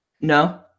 No